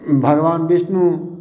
भगबान बिष्णु